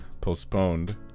postponed